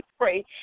pray